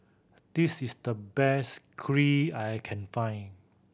this is the best Kheer I can find